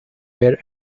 where